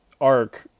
arc